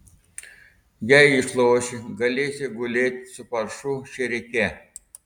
jei išloši galėsi gulėt su paršų šėrike